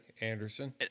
Anderson